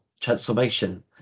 transformation